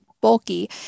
bulky